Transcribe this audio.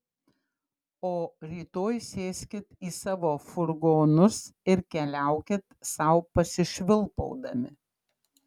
o rytoj sėskit į savo furgonus ir keliaukit sau pasišvilpaudami